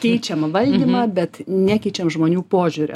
keičiam valdymą bet nekeičiam žmonių požiūrio